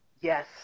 yes